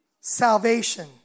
salvation